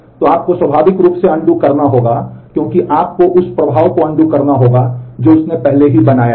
तो आपको स्वाभाविक रूप से अनडू करना होगा जो उसने पहले ही बनाया है